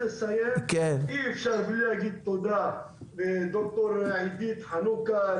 אי-אפשר בלי לומר לתודה לד"ר עידית חנוכה,